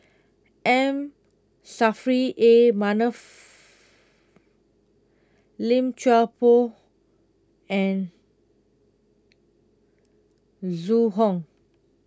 M Saffri A Manaf Lim Chuan Poh and Zhu Hong